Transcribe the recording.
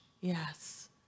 Yes